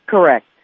Correct